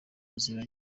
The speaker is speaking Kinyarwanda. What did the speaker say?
nzira